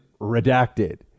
redacted